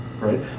right